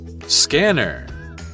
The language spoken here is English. scanner